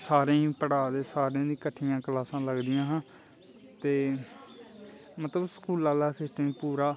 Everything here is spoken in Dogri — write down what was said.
सारें गी पढ़ाऽ दे सारें दी कट्ठियां क्लासां लगदियां हां ते मतलब स्कूला आह्ला सिस्टम पूरा